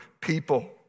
people